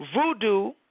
voodoo